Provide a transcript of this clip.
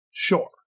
Sure